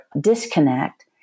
disconnect